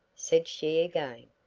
said she again,